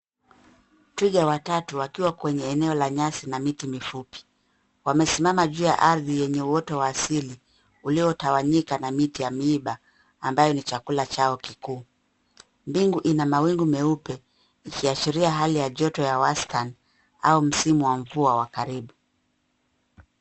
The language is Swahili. Twiga watatu wakiwa kwenye eneo la nyasi na miti mifupi. Wamesimama juu ya ardhi yenye uwoto wa asili uliotawanyika na miti ya miiba ambacho ni chakula chao kikuu. Mbingu ina mawingu meupe ikiashiria hali ya joto ya wastan au msimu wa mvua wa karibu.